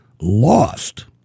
lost